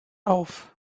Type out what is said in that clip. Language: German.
auf